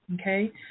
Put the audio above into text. okay